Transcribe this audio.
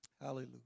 Hallelujah